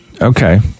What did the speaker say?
Okay